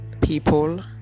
people